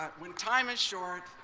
ah when time is short,